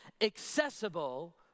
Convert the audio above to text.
Accessible